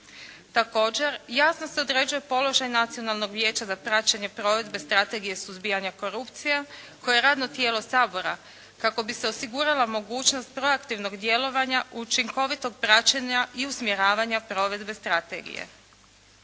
Također jasno se određuje položaj Nacionalnog vijeća za praćenje provedbe strategije suzbijanja korupcija koje je radno tijelo Sabora kako bi se osigurala mogućnost proaktivnog djelovanja, učinkovitog praćenja i usmjeravanja provedbe strategije.